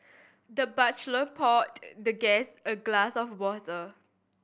the butler poured the guest a glass of water